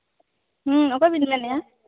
ᱦᱮᱸ ᱚᱠᱚᱭ ᱵᱤᱱ ᱢᱮᱱᱮᱫᱼᱟ